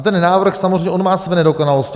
Ten návrh samozřejmě má své nedokonalosti.